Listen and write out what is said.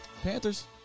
Panthers